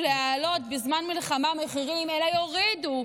להעלות מחירים בזמן מלחמה אלא יורידו,